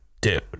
dude